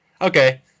Okay